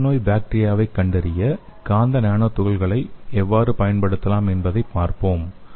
காசநோய் காசநோய் பாக்டீரியாவைக் கண்டறிய காந்த நானோ துகள்களை எவ்வாறு பயன்படுத்தலாம் என்பதைப் பார்ப்போம்